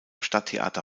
stadttheater